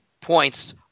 points